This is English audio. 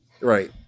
Right